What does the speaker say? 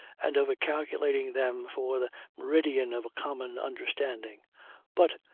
and of calculating them for the meridian of a common understanding but,